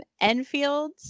Enfield